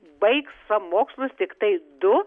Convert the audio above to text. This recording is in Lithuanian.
baigs savo mokslus tiktai du